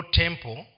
temple